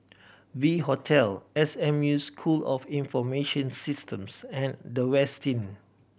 V Hotel S M U School of Information Systems and The Westin